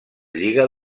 lliga